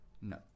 No